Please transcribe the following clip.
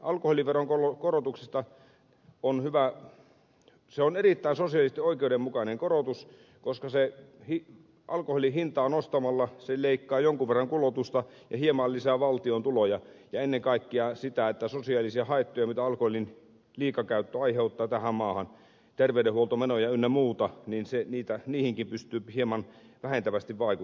alkoholiveron korotus on sosiaalisesti erittäin oikeudenmukainen korotus koska alkoholin hinnan nosto leikkaa jonkun verran kulutusta ja hieman lisää valtion tuloja ja ennen kaikkea pystyy hieman vähentävästi vaikuttamaan myös sosiaalisiin haittoihin mitä alkoholin liikakäyttö aiheuttaa tähän maahan terveydenhuoltomenoja ynnä muuta niin se ei niitä niin ei pysty hieman vähentävästi vaiti